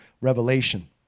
Revelation